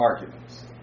arguments